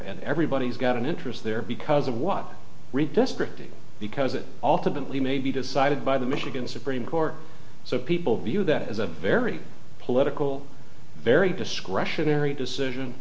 and everybody's got an interest there because of what redistricting because it all to believe may be decided by the michigan supreme court so people view that as a very political very discretionary decision